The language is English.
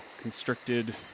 constricted